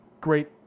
great